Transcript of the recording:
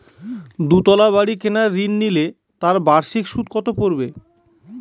দুতলা বাড়ী কেনার ঋণ নিলে তার বার্ষিক সুদ কত পড়বে?